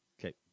Okay